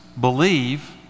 believe